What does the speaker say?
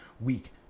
week